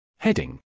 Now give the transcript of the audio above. Heading